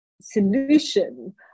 solution